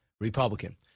Republican